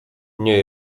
nie